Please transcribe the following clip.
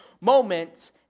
moments